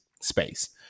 space